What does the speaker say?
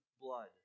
blood